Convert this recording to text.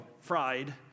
fried